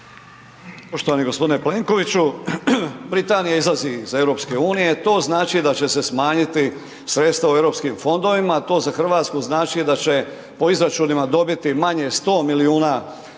Poštovani g. Plenkoviću, Britanija izlazi iz EU, to znači da će se smanjiti sredstva u Europskim fondovima, to za RH znači da će po izračunima dobiti manje 100 milijuna EUR-a